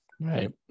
Right